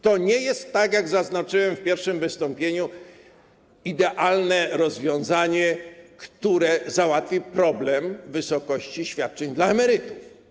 To nie jest, jak zaznaczyłem w pierwszym wystąpieniu, idealne rozwiązanie, które załatwi problem wysokości świadczeń dla emerytów.